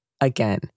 Again